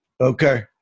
Okay